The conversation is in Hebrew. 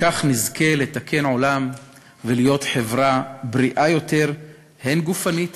וכך נזכה לתקן עולם ולהיות חברה בריאה יותר גופנית,